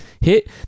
hit